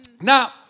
Now